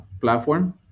platform